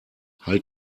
halt